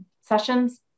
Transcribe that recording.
sessions